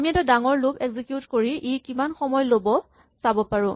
আমি এটা ডাঙৰ লুপ এক্সিকিউট কৰি ই কিমান সময় ল'ব চাব পাৰো